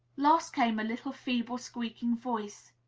last came a little feeble, squeaking voice,